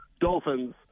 Dolphins